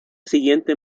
siguiente